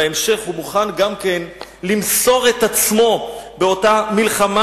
בהמשך הוא גם מוכן למסור את עצמו באותה מלחמה